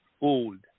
old